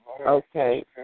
Okay